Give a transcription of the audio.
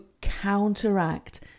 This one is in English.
counteract